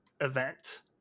event